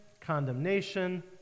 condemnation